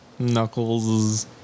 Knuckles